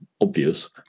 obvious